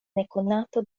nekonato